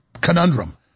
conundrum